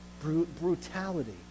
brutality